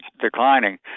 declining